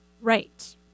Right